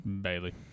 Bailey